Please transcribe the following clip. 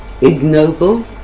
ignoble